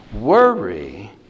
worry